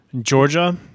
Georgia